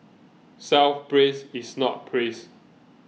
self praise is not praise